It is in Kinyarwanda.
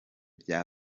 bya